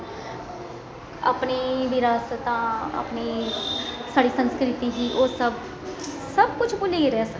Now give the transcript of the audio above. अपनी बिरासतां अपनी साढ़ी संस्कृति ही ओह् सब सब कुछ भुल्ली गेदे अस